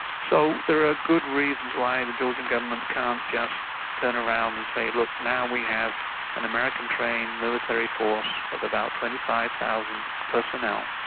so there are good reasons why the georgian government can't just turn around and say, look, now we have an american-trained military force of about twenty five thousand personnel,